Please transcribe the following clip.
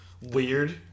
weird